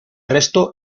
resto